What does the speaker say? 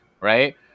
Right